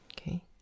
Okay